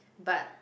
but